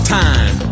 time